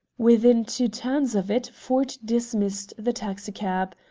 within two turns of it ford dismissed the taxicab.